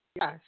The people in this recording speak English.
yes